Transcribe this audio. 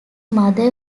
mother